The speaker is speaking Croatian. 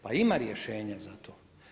Pa ima rješenje za to.